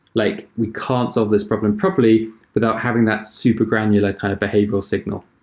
like we can't solve this problem properly without having that super granular kind of behavioral signal.